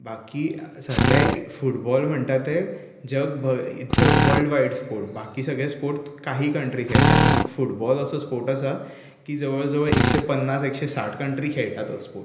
बाकी सद्याक एक फुटबॉल म्हणटा तें जग भर it's a world wide sport बाकी सगळे स्पोर्ट काही कंट्री खेळटात पूण फुटबॉल असो स्पोर्ट आसा की जवळ जवळ एकशें पन्ना एकशें साठ कंट्रि खेळटा तो स्पोर्ट्स